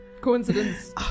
coincidence